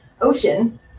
Ocean